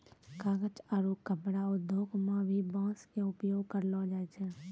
कागज आरो कपड़ा उद्योग मं भी बांस के उपयोग करलो जाय छै